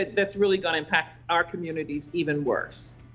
that's really going to impact our communities even worse.